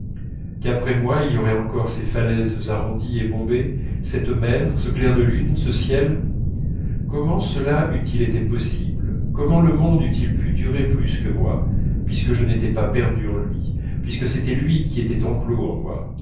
qu'après moi il y aurait encore ces falaises arrondies et bombées cette mer ce clair de lune ce ciel comment cela eût-il été possible comment le monde eût-il pu durer plus que moi puisque je n'étais pas perdu en lui puisque c'était lui qui était enclos en moi